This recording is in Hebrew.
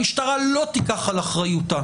המשטרה לא תיקח על אחריותה